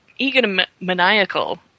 egomaniacal